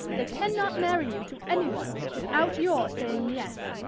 they cannot marry you to anyone without your saying yes.